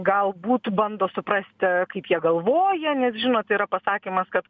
galbūt bando suprasti kaip jie galvoja nes žinot yra pasakymas kad